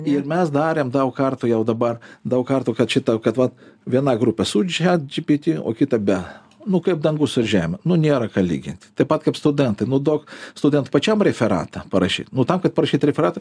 ir mes darėm daug kartų jau dabar daug kartų kad šita kad va viena grupė su chat gpt o kita be nu kaip dangus ir žemė nu nėra ką lygint taip pat kaip studentai nu duok studentui pačiam referatą parašyt nu tam kad parašyt referatą